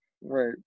Right